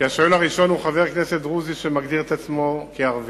כי השואל הראשון הוא חבר כנסת דרוזי שמגדיר את עצמו כערבי.